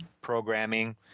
programming